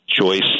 choice